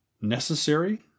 necessary